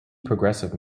progressive